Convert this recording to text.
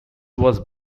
was